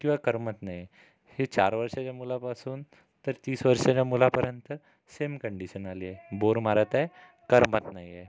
किंवा करमत नाही हे चार वर्षांच्या मुलापासून तर तीस वर्षांच्या मुलापर्यंत सेम कंडिशन आली आहे बोर मारत आहे करमत नाही आहे